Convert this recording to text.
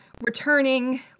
returning